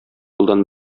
юлдан